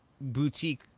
boutique